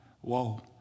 Whoa